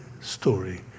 story